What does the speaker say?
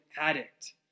addict